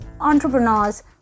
entrepreneurs